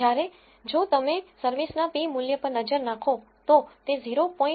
જ્યારે જો તમે service ના p મૂલ્ય પર નજર નાખો તો તે 0